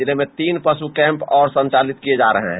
जिले में तीन पशु कैंप भी संचालित किये जा रहे हैं